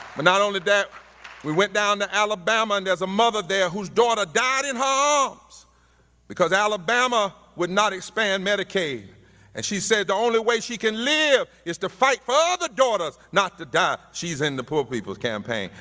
but not only that we went down to alabama and there's a mother there whose daughter died in her arms because alabama would not expand medicaid and she said the only way she can live is to fight for other daughters not to die. she's in the poor people's campaign.